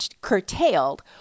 curtailed